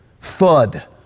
Thud